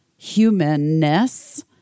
humanness